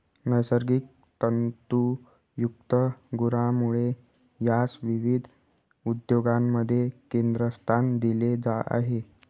नैसर्गिक तंतुयुक्त गुणांमुळे यास विविध उद्योगांमध्ये केंद्रस्थान दिले आहे